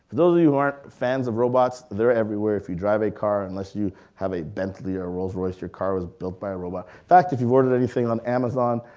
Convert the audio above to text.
those of you who aren't fans of robots, they're everywhere. if you drive a car, unless you have a bentley or a rolls-royce, your car was built by a robot. fact if you've ordered anything on amazon,